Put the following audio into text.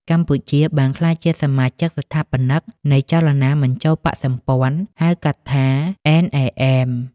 កម្ពុជាបានក្លាយជាសមាជិកស្ថាបនិកនៃចលនាមិនចូលបក្សសម្ព័ន្ធ (ហៅកាត់ថា NAM)